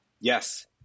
yes